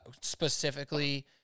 specifically